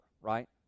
right